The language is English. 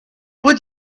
would